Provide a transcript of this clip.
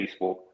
Facebook